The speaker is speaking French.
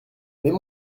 mais